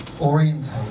orientate